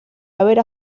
haber